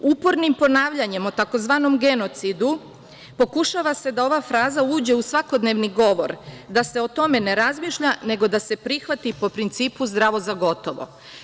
Upornim ponavljanjem o tzv. genocidu pokušava se da ova fraza uđe u svakodnevni govor, da se o tome ne razmišlja nego da se prihvati po principu - zdravo za gotovo.